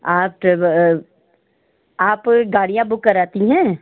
आप आप गाड़ियाँ बुक कराती हैं